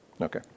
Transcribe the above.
Okay